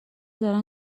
دارن